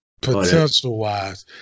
Potential-wise